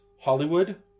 Hollywood